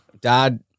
dad